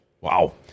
Wow